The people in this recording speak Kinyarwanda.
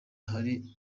hari